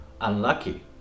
unlucky